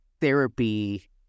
therapy